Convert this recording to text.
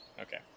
okay